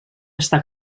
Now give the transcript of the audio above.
està